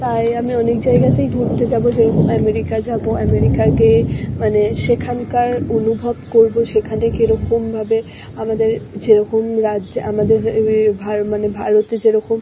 তাই আমি অনেক জায়গাতেই ঘুরতে যাব যেরকম আমেরিকা যাব আমেরিকা গিয়ে মানে সেখানকার অনুভব করব সেখানে কীরকমভাবে আমাদের যেরকম রাজ্যে আমাদের এ ভার মানে ভারতে যেরকম